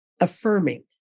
affirming